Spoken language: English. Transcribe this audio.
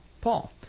Paul